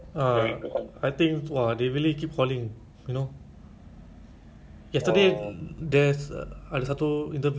like you know like you ask them to call back kan abeh dia cakap ah no only two minutes macam a bit annoying ah you know